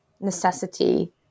necessity